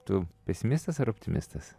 tu pesimistas ar optimistas